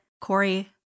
Corey